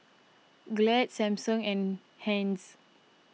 Glad Samsung and Heinz